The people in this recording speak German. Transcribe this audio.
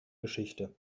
geschichte